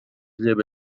lleva